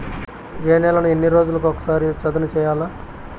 ఏ నేలను ఎన్ని రోజులకొక సారి సదును చేయల్ల?